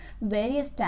various